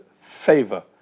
favor